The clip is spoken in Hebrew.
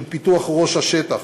של פיתוח ראש השטח,